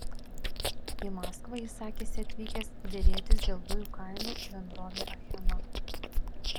į maskvą jis sakėsi atvykęs derėtis dėl dujų kainų bendrovei achema